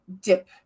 dip